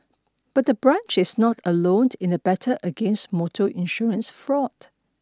but the branch is not alone in the battle against motor insurance fraud